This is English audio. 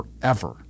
forever